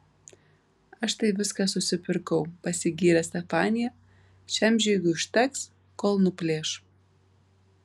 aš tai viską susipirkau pasigyrė stefanija šiam žygiui užteks kol nuplėš